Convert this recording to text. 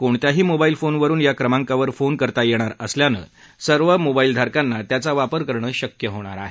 कोणत्याही मोबाईल फोनवरून या क्रमांकावर फोन करता येणार असल्यानं सर्व मोबाईल धारकांना त्याचा वापर करणं शक्य होणार आहे